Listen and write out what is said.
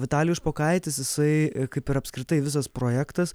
vitalijus špokaitis jisai kaip ir apskritai visas projektas